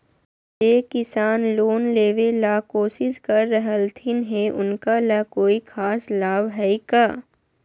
जे किसान लोन लेबे ला कोसिस कर रहलथिन हे उनका ला कोई खास लाभ हइ का?